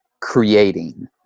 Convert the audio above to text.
creating